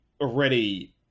already